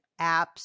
apps